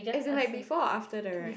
as in like before or after the ride